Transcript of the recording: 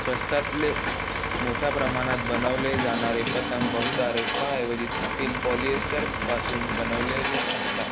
स्वस्तातले मोठ्या प्रमाणात बनवले जाणारे पतंग बहुधा रेशमाऐवजी छापील पॉलिएस्टरपासून बनवलेले असतात